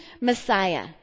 Messiah